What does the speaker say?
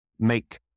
make